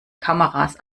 kameras